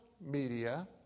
media